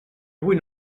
avui